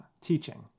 Teaching